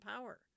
power